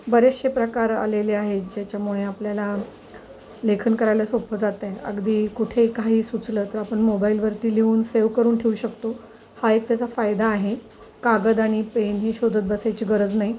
बरेचसे प्रकार आलेले आहेत ज्याच्यामुळे आपल्याला लेखन करायला सोपं जात आहे अगदी कुठे काही सुचलं तर आपण मोबाईलवरती लिहून सेव करून ठेऊ शकतो हा एक त्याचा फायदा आहे कागद आणि पेनही शोधत बसायची गरज नाही